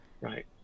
Right